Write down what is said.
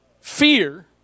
fear